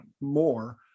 more